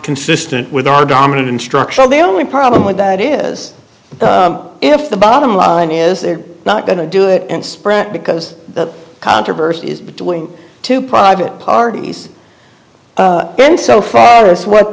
consistent with our dominant instruction the only problem with that is if the bottom line is they're not going to do it and spread because the controversy is between two private parties then so far as what